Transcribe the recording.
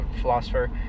philosopher